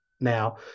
Now